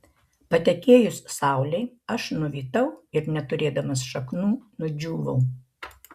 patekėjus saulei aš nuvytau ir neturėdamas šaknų nudžiūvau